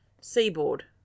Seaboard